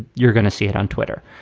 you're going to see it on twitter.